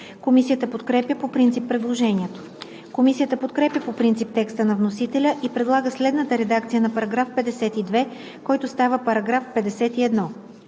Комисията подкрепя по принцип предложението. Комисията подкрепя по принцип текста на вносителя и предлага следната редакция на § 53, който става § 52